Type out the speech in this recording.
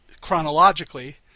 chronologically